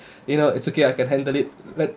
you know it's okay I can handle it let